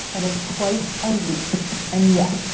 that is quite a leap and yes,